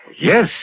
Yes